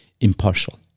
impartial